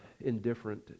indifferent